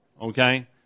Okay